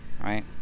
Right